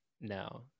no